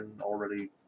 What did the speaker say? already